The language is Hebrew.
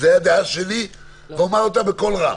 זו דעתי ואומר אותה בקול רם.